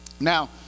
Now